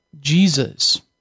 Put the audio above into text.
Jesus